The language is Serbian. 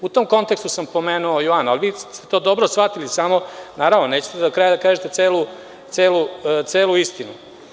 U tom kontekstu sam spomenuo juan, ali vi ste to dobro shvatili samo naravno, nećete do kraja da kažete celu istinu.